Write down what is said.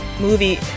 movie